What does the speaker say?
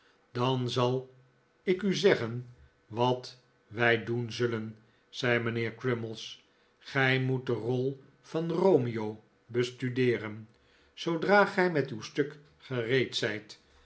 dan zal ik u zeggen wat wij doen zullen zei mijnheer crummies gij moet de rol van romeo bestudeeren zoodra gij met uw stuk gereed zijt